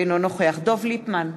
אינו נוכח דב ליפמן,